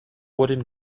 wooden